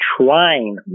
trying